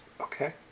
Okay